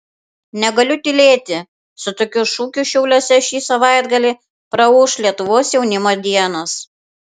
negaliu tylėti su tokiu šūkiu šiauliuose šį savaitgalį praūš lietuvos jaunimo dienos